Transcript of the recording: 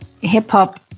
hip-hop